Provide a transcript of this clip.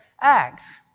Acts